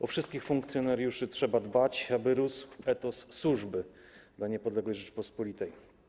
O wszystkich funkcjonariuszy trzeba dbać, aby rósł etos służby dla niepodległej Rzeczypospolitej.